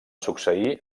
succeir